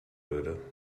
würde